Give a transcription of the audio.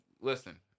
listen